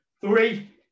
three